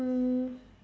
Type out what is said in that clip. um